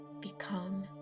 become